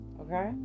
Okay